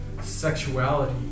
sexuality